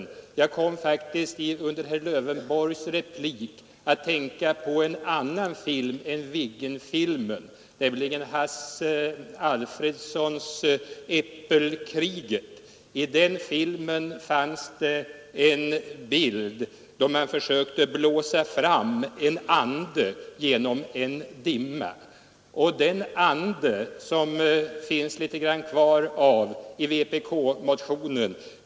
Men jag kom faktiskt under herr Lövenborgs replik att tänka på en annan film än Viggenfilmen, nämligen Hasse Alfredsons film ”Äppelkriget”. I den filmen fanns det en bild där man försökte blåsa fram en ande genom en dimma. Det finns litet ande i vpk-motionen.